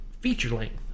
feature-length